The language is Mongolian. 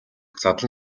задлан